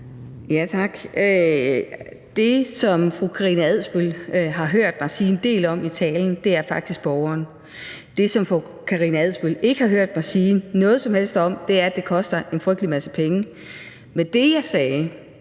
Tak. Det, som fru Karina Adsbøl har hørt mig sige en del om i talen, er faktisk borgeren. Det, som fru Karina Adsbøl ikke har hørt mig sige noget som helst om, er, at det koster en frygtelig masse penge. Men det, jeg sagde,